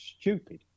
stupid